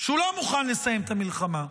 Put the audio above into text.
שהוא לא מוכן לסיים את המלחמה.